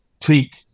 tweak